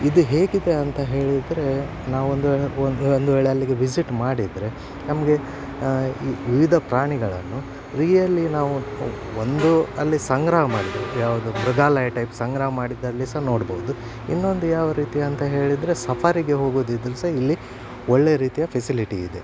ಇದು ಹೇಗಿದೆ ಅಂತ ಹೇಳಿದರೆ ನಾವು ಒಂದುವೇಳೆ ಒಂದು ಒಂದುವೇಳೆ ಅಲ್ಲಿಗೆ ವಿಝಿಟ್ ಮಾಡಿದರೆ ನಮಗೆ ಈ ವಿವಿಧ ಪ್ರಾಣಿಗಳನ್ನು ರಿಯಲ್ಲಿ ನಾವು ಒಂದು ಅಲ್ಲಿ ಸಂಗ್ರಹ ಮಾಡಿರೋದು ಯಾವುದು ಮೃಗಾಲಯ ಟೈಪ್ ಸಂಗ್ರಹ ಮಾಡಿದ್ದಲ್ಲಿ ಸಹ ನೋಡ್ಬೋದು ಇನ್ನೊಂದು ಯಾವ ರೀತಿ ಅಂತ ಹೇಳಿದರೆ ಸಫಾರಿಗೆ ಹೋಗೊದಿದ್ದರು ಸಹ ಇಲ್ಲಿ ಒಳ್ಳೆ ರೀತಿಯ ಫೆಸಿಲಿಟಿ ಇದೆ